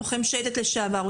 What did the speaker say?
לוחם שייטת לשעבר,